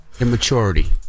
immaturity